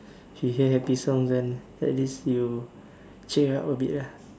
you hear happy songs then at least you cheer up a bit ah